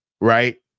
Right